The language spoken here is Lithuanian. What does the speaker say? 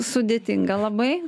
sudėtinga labai